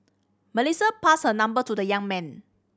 Melissa passed her number to the young man